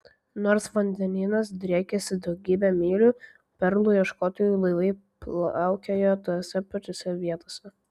nors vandenynas driekėsi daugybę mylių perlų ieškotojų laivai plaukiojo tose pačiose vietose